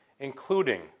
including